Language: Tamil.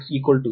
10 P